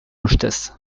ustez